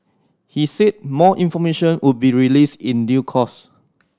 he said more information would be released in due course